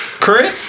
Chris